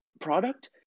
product